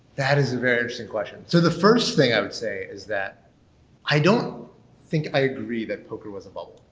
that is a very interesting question. so the first thing i would say is that i don't think i agree that poker was a bubble.